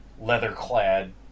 leather-clad